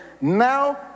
now